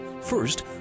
first